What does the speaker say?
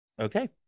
Okay